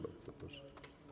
Bardzo proszę.